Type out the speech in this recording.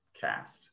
cast